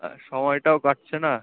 আর সময়টাও কাটছে না